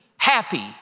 happy